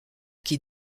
qui